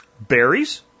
Berries